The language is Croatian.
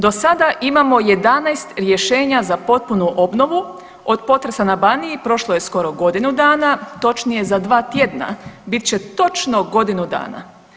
Do sada imamo 11 rješenja za potpunu obnovu, od potresa na Baniji prošlo je skoro godinu dana, točnije za 2 tjedna bit će točno godinu dana.